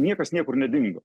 niekas niekur nedingo